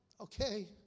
Okay